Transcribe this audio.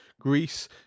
Greece